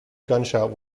gunshot